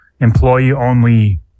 employee-only